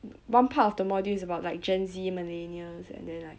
one part of the module is about like gen Z millennials and then like